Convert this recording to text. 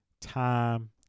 time